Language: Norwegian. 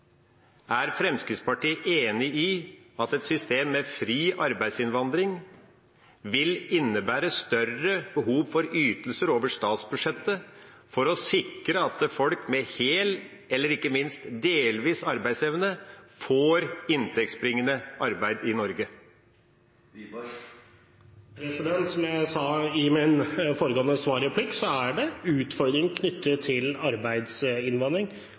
Er Fremskrittspartiet enig i at et system med fri arbeidsinnvandring vil innebære større behov for ytelser over statsbudsjettet for å sikre at folk med hel eller ikke minst delvis arbeidsevne får inntektsbringende arbeid i Norge? Som jeg sa i min foregående svarreplikk, er det utfordringer knyttet til arbeidsinnvandring.